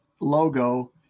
logo